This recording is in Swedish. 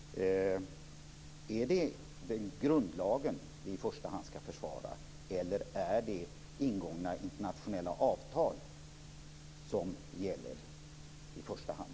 Är det grundlagen vi i första hand ska försvara eller är det ingångna internationella avtal som gäller i första hand?